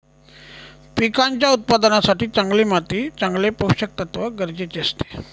पिकांच्या उत्पादनासाठी चांगली माती चांगले पोषकतत्व गरजेचे असते